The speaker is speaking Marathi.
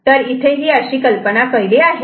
तर इथे ही कल्पना आहे